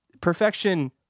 perfection